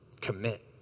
Commit